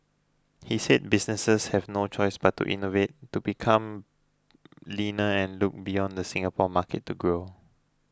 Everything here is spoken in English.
he said businesses have no choice but to innovate to become leaner and look beyond the Singapore market to grow